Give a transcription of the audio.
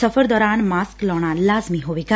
ਸਫ਼ਰ ਦੌਰਾਨ ਮਾਸਕ ਲਾਉਣਾ ਲਾਜ਼ਮੀ ਹੋਵੇਗਾ